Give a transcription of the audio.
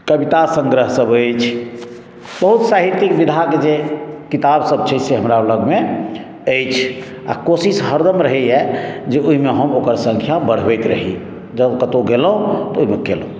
कविता संग्रह सभ अछि सभ साहित्यिक विधाके जे किताब सभ छै से हमरा लगमे अछि आ कोशिश हरदम रहैया जे ओहिमे हम ओकर सँख्या बढ़बैत रही जँ कतौ गेलहुँ तऽ ओहिमे केलहुँ